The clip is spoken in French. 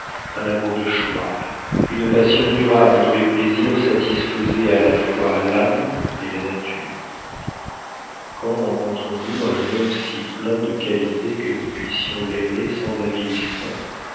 un amour de choix une passion durable dont les plaisirs satisfaisaient à la fois l'âme et la nature quand rencontrons nous un homme si plein de qualités que nous puissions l'aimer sans avilissement